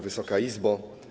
Wysoka Izbo!